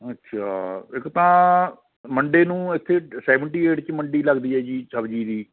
ਅੱਛਾ ਇੱਕ ਤਾਂ ਮੰਡੇ ਨੂੰ ਇੱਥੇ ਸੈਵਨਟੀ ਏਟ 'ਚ ਮੰਡੀ ਲੱਗਦੀ ਹੈ ਜੀ ਸਬਜ਼ੀ ਦੀ